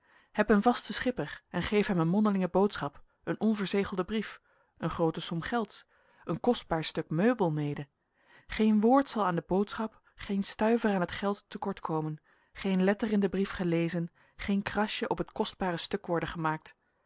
heb een vasten schipper en geef hem een mondelinge boodschap een onverzegelden brief een groote som gelds een kostbaar stuk meubel mede geen woord zal aan de boodschap geen stuiver aan het geld te kort komen geen letter in den brief gelezen geen krasjen op het kostbare stuk worden gemaakt